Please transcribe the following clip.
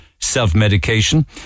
self-medication